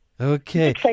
Okay